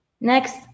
Next